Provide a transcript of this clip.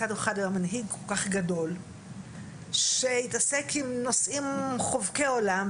מצד אחד הוא היה מנהיג כל כך גדול שהתעסק עם נושאים חובקי עולם,